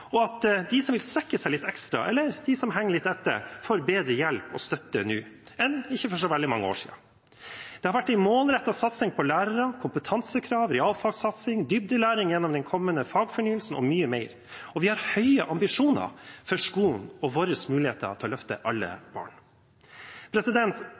og at de som vil strekke seg litt ekstra, eller de som henger litt etter, får bedre hjelp og støtte nå enn for ikke så veldig mange år siden. Det har vært en målrettet satsing på lærere, kompetansekrav, realfagssatsing, dybdelæring gjennom den kommende fagfornyelsen og mye mer. Vi har høye ambisjoner for skolen og våre muligheter til å løfte alle